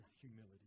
humility